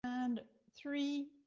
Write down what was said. and, three,